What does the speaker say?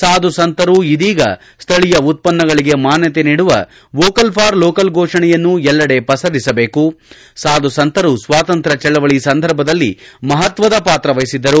ಸಾಧು ಸಂತರು ಇದೀಗ ಸ್ವಳೀಯ ಉತ್ಪನ್ನಗಳಿಗೆ ಮಾನ್ಥತೆ ನೀಡುವ ವೋಕಲ್ ಫಾರ್ ಲೋಕಲ್ ಫೋಷಣೆಯನ್ನು ಎಲ್ಲೆಡೆ ಪಸರಿಸಬೇಕು ಸಾಧು ಸಂತರು ಸ್ವಾತಂತ್ರ್ಯ ಚಳವಳಿ ಸಂದರ್ಭದಲ್ಲಿ ಮಹತ್ವದ ಪಾತ್ರ ವಹಿಸಿದ್ದರು